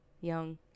young